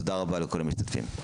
תודה רבה לכל המשתתפים.